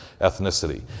ethnicity